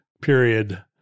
period